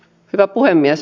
hyvä puhemies